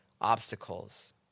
obstacles